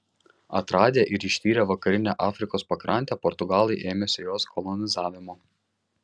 atradę ir ištyrę vakarinę afrikos pakrantę portugalai ėmėsi jos kolonizavimo